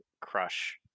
crush